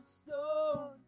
stone